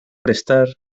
prestar